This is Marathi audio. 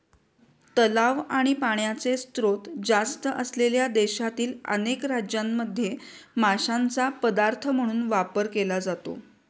तलाव आणि पाण्याचे स्त्रोत जास्त असलेल्या देशातील अनेक राज्यांमध्ये माशांचा पदार्थ म्हणून वापर केला जातो